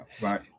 right